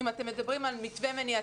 אם אתם מדברים על מתווה של מניעה,